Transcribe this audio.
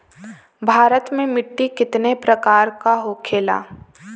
भारत में मिट्टी कितने प्रकार का होखे ला?